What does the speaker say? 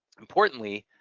importantly,